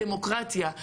הדמוקרטיה,